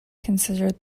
considered